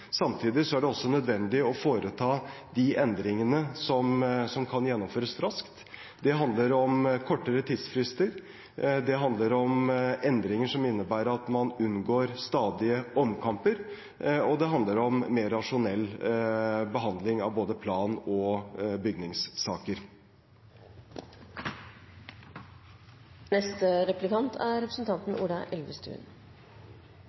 Samtidig er det nødvendig å foreta de endringene som kan gjennomføres raskt. Det handler om kortere tidsfrister. Det handler om endringer som innebærer at man unngår stadige omkamper, og det handler om mer rasjonell behandling av både plansaker og bygningssaker. Jeg er